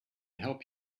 help